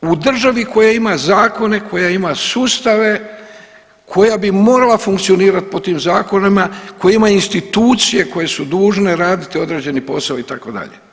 U državi koja ima zakone, koja ima sustave, koja bi morala funkcionirati po tim zakonima, koja ima institucije koje su dužne raditi određeni posao itd.